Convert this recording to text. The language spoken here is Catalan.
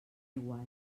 iguals